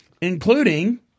Including